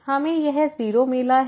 हमें यह 0 मिला है